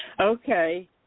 Okay